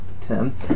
Tim